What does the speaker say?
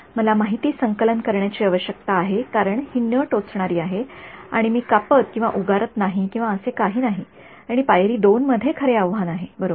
मला माहिती संकलन करण्याची आवश्यकता आहे कारण ही न टोचणारी आहे आणि मी कापत किंवा उगारत नाही किंवा असे काही नाही आणि पायरी २ मध्ये खरे आव्हान आहे बरोबर